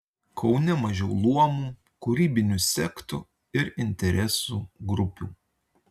kaune mažiau luomų kūrybinių sektų ir interesų grupių